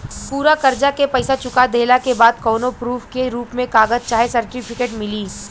पूरा कर्जा के पईसा चुका देहला के बाद कौनो प्रूफ के रूप में कागज चाहे सर्टिफिकेट मिली?